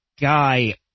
guy